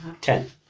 Ten